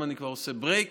אם אני כבר עושה brake,